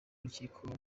n’urukiko